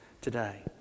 today